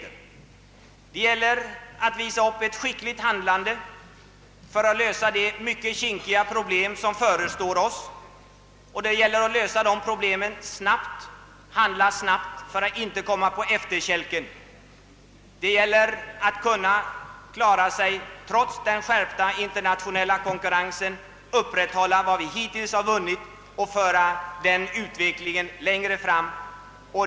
Det gäller att handla skickligt för att kunna lösa de kinkiga problem som förestår oss, och vi måste också handla snabbt för att inte komma på efterkälken. Vi måste klara oss trots den skärpta internationella konkurrensen, bibehålla vad vi hittills vunnit och föra utvecklingen vidare.